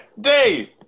Dave